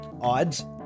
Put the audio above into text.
odds